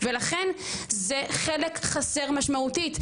ולכן, זה חלק חסר משמעותית.